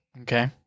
Okay